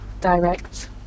direct